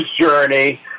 journey